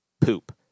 poop